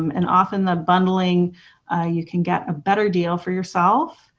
um and often the bundling you can get a better deal for yourself.